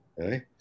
okay